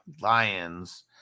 Lions